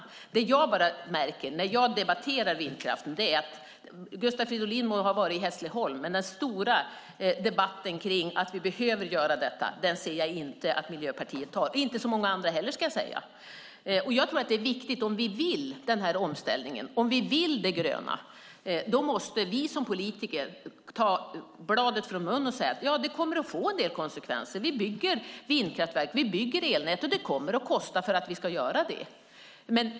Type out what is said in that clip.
Gustav Fridolin må ha varit i Hässleholm, men jag ser inte att Miljöpartiet tar den stora debatten om att vi behöver göra detta. Och det gör inte så många andra heller, ska sägas. Om vi vill ha denna omställning och om vi vill ha det gröna måste vi som politiker ta bladet från munnen och säga att det kommer att få en del konsekvenser. Vi bygger vindkraftverk och vi bygger elnät, och det kommer att kosta att göra det.